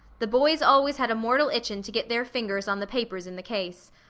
the boys always had a mortal itchin' to get their fingers on the papers in the case.